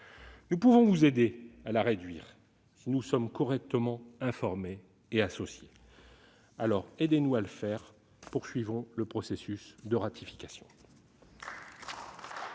Nous pouvons vous aider à la réduire si nous sommes correctement informés et associés. Alors, aidez-nous à le faire et poursuivons le processus de ratification.